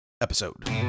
episode